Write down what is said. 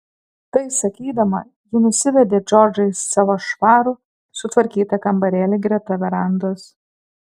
tai sakydama ji nusivedė džordžą į savo švarų sutvarkytą kambarėlį greta verandos